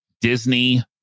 Disney